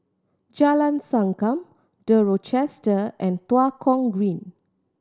Jalan Sankam The Rochester and Tua Kong Green